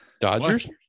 Dodgers